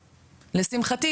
לשמחתי,